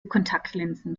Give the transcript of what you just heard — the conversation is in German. kontaktlinsen